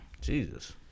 Jesus